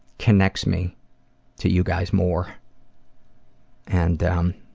connects me to you guys more and um